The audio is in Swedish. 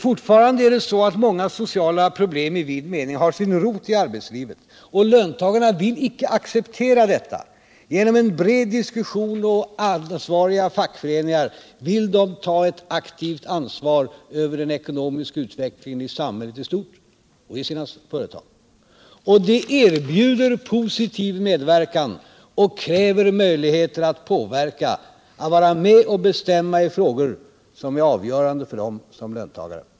Fortfarande är det så att många sociala problem i vid mening har sin rot i arbetslivet. Löntagarna vill icke acceptera detta. Genom en bred diskussion och ansvariga fackföreningar vill de ta ett aktivt ansvar för den ekonomiska utvecklingen i samhället i stort och i sina företag. De erbjuder positiv medverkan och kräver möjligheter att påverka, att vara med och bestämma i frågor som är avgörande för dem som löntagare.